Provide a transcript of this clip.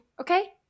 okay